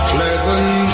Pleasant